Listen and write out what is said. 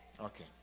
Okay